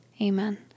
Amen